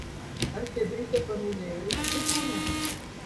ar chebrytė pamylėjo iš tribūnų